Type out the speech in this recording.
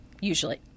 usually